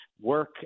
work